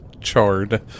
charred